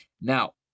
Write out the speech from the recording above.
now